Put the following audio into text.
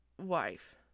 wife